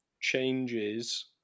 changes